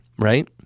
Right